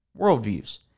worldviews